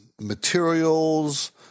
materials